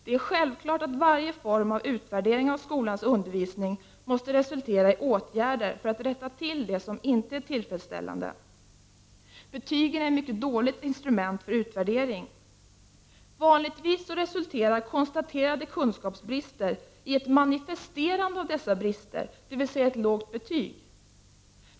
Det är självklart att varje form av utvärdering av skolans undervisning måste resultera i åtgärder för att rätta till det som inte är tillfredsställande. Betygen är ett mycket dåligt instrument för utvärdering. Vanligtvis resulterar konstaterade kunskapsbrister i ett manifesterande av dessa brister, dvs. i ett lågt betyg.